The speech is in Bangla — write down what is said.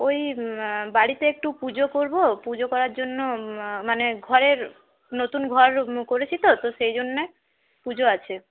ওই বাড়িতে একটু পুজো করবো পুজো করার জন্য মানে ঘরের নতুন ঘর করেছি তো তো সেই জন্যে পুজো আছে একটু